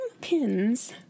Pins